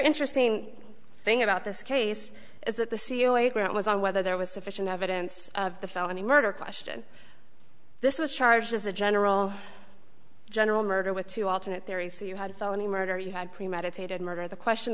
interesting thing about this case is that the c e o it was on whether there was sufficient evidence of the felony murder question this was charged as a general general murder with two alternate theory so you had felony murder you had premeditated murder the question